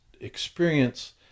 experience